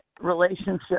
relationship